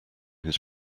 his